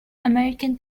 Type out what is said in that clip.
american